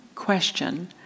Question